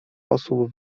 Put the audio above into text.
osób